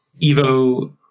Evo